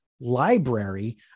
library